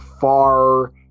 far